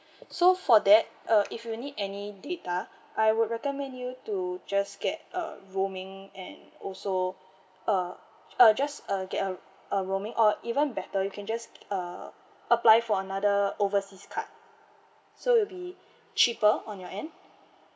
so for that uh if you need any data I would recommend you to just get a rooming and also uh uh just uh get a a roaming or even better you can just uh apply for another overseas card so it'll be cheaper on your end